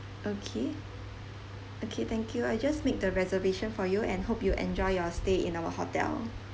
okay okay thank you I just made the reservation for you and hope you enjoy your stay in our hotel